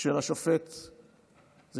של השופט חיים כהן,